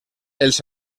els